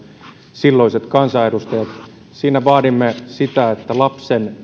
silloiset kansanedustajat siinä vaadimme sitä että lapsen